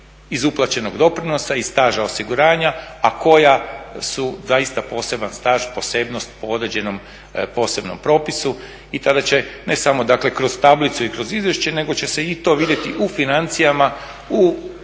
iz uplaćenog doprinosa i staža osiguranja, a koja su zaista poseban staž, posebnost po određenom posebnom propisu i tada će, ne samo kroz tablice i kroz izvješće nego će se i to vidjeti u financijama u proračunu